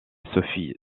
sophie